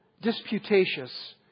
disputatious